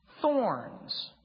thorns